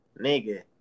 Nigga